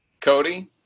Cody